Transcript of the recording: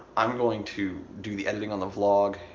i'm going to do the editing on the vlog,